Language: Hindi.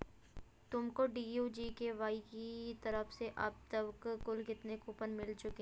तुमको डी.डी.यू जी.के.वाई की तरफ से अब तक कुल कितने कूपन मिल चुके हैं?